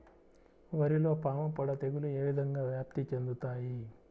వరిలో పాముపొడ తెగులు ఏ విధంగా వ్యాప్తి చెందుతాయి?